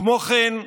כמו כן,